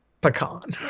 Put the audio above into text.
pecan